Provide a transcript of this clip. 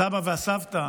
הסבא והסבתא